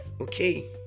okay